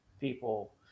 people